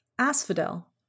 asphodel